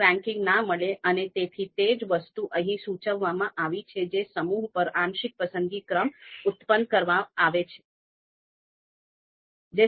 અંતરાલ ધોરણ એવી વસ્તુ છે જ્યાં બે તત્વો વચ્ચેનો તફાવત અર્થપૂર્ણ છે જો કે સંપૂર્ણ શૂન્યનો ખ્યાલ ત્યાં નથી